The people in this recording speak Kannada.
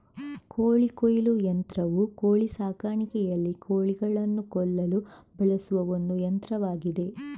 ಕೋಳಿ ಕೊಯ್ಲು ಯಂತ್ರವು ಕೋಳಿ ಸಾಕಾಣಿಕೆಯಲ್ಲಿ ಕೋಳಿಗಳನ್ನು ಕೊಲ್ಲಲು ಬಳಸುವ ಒಂದು ಯಂತ್ರವಾಗಿದೆ